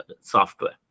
software